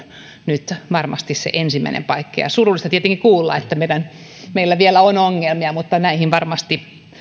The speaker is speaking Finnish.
nyt varmasti se ensimmäinen paikka on surullista tietenkin kuulla että meillä vielä on ongelmia mutta näihin varmasti